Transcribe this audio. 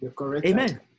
Amen